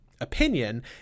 opinion